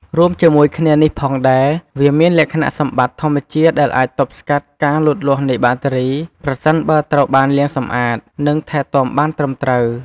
រួមជាមួយគ្នានេះផងដែរ វាមានលក្ខណៈសម្បត្តិធម្មជាតិដែលអាចទប់ស្កាត់ការលូតលាស់នៃបាក់តេរី ប្រសិនបើត្រូវបានលាងសម្អាត និងថែទាំបានត្រឹមត្រូវ។